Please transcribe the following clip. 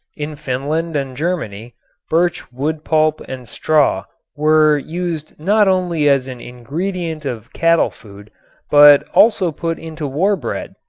in finland and germany birch wood pulp and straw were used not only as an ingredient of cattle food but also put into war bread.